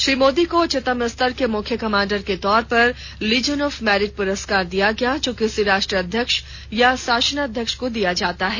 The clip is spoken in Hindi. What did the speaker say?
श्री मोदी को उच्चतम स्तर के मुख्य कमांडर के तौर पर लीजन ऑफ मैरिट पुरस्कार दिया गया जो किसी राष्ट्राध्यक्ष या शासनाध्यक्ष को ही दिया जाता है